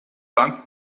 bank